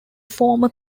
former